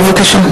בבקשה.